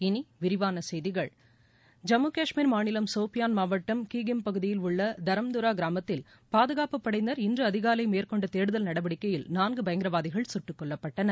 இனி விரிவான செய்திகள் ஜம்மு கஷ்மீர் மாநிலம் சோஃபியாள் மாவட்டம் கீகம் பகுதியில் உள்ள தரம்தோரா கிராமத்தில் பாதுகாப்பு படையினர் இன்று அதிகாலை மேற்கொண்ட தேடுதல் நடவடிக்கையில் நான்கு பயங்கரவாதிகள் சுட்டுக்கொல்லப்பட்டனர்